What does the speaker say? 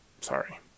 Sorry